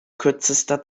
kürzester